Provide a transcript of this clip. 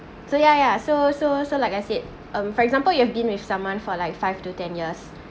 so ya ya so so so like I said um for example you have been with someone for like five to ten years